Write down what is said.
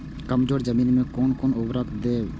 कमजोर जमीन में कोन कोन उर्वरक देब?